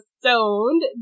Stoned